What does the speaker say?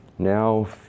Now